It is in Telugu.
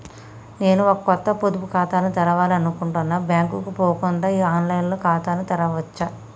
నేను ఒక కొత్త పొదుపు ఖాతాను తెరవాలని అనుకుంటున్నా బ్యాంక్ కు పోకుండా ఆన్ లైన్ లో ఖాతాను తెరవవచ్చా?